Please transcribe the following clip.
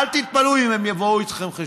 אל תתפלאו אם הם יבואו איתכם חשבון.